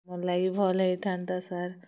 ମୋର ଲାଗି ଭଲ୍ ହେଇଥାନ୍ତା ସାର୍